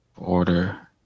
order